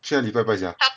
去哪里拜拜 sia